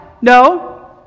No